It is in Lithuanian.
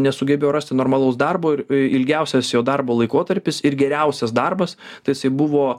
nesugebėjo rasti normalaus darbo ir ilgiausias jo darbo laikotarpis ir geriausias darbas tai jisai buvo